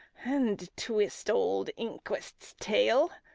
and twist old inquest's tail.